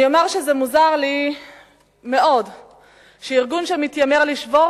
אני אומר שמוזר לי מאוד שארגון שמתיימר לשבור